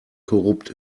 korrupt